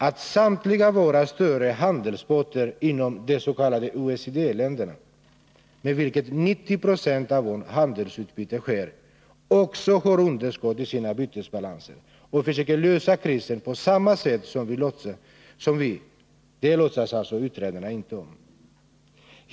Att samtliga våra större handelspartner inom det s.k. OECD-blocket, med vilket 90 26 av vårt handelsutbyte sker, också har underskott i sina bytesbalanser och försöker lösa krisen på samma sätt som vi låtsas utredarna inte om.